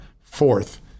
fourth